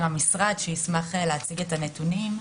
המדען הראשי של המשרד, שישמח להציג את הנתונים.